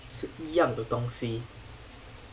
是一样的东西